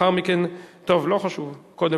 הצביעו שבעה,